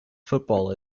football